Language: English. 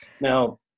Now